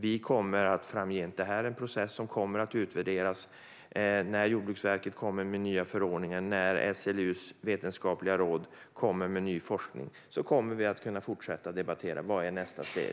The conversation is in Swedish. Detta är en process som kommer att utvärderas när Jordbruksverket kommer med nya förordningar och när SLU:s vetenskapliga råd kommer med ny forskning. Då kommer vi att kunna fortsätta att debattera nästa steg.